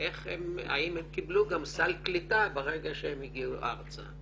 והאם הם קיבלו גם סל קליטה ברגע שהם הגיעו ארצה?